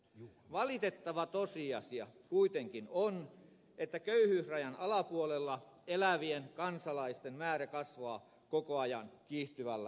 valitettava tosiasia kuitenkin on että köyhyysrajan alapuolella elävien kansalaisten määrä kasvaa koko ajan kiihtyvällä vauhdilla